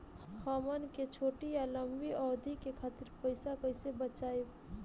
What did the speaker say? हमन के छोटी या लंबी अवधि के खातिर पैसा कैसे बचाइब?